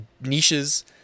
niches